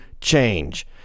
change